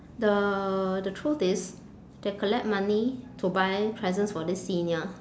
the the truth is they collect money to buy presents for this senior